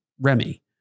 Remy